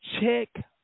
check